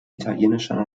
italienischer